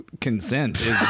consent